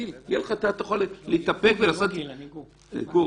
גור,